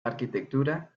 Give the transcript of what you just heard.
arquitectura